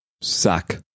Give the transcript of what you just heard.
sack